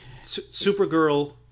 Supergirl